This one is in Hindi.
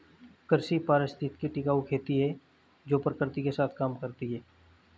कृषि पारिस्थितिकी टिकाऊ खेती है जो प्रकृति के साथ काम करती है